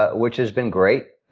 which has been great.